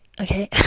okay